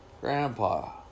Grandpa